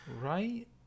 Right